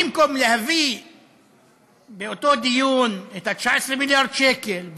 במקום להביא באותו דיון את ה-19 מיליארד שקל,